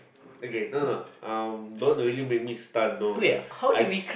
okay no no um don't really make me stun no like I